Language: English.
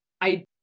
I-